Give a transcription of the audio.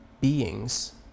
beings